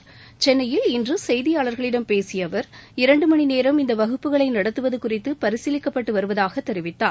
இன்று சென்னையில் செய்தியாளர்களிடம் பேசிய அவர் இரண்டு மணி நேரம் இந்த வகுப்புகளை நடத்துவது குறித்து பரிசீலிக்கப்பட்டு வருவதாகத் தெரிவித்தார்